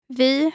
vi